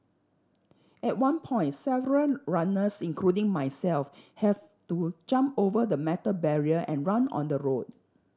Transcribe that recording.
at one point several runners including myself have to jump over the metal barrier and run on the road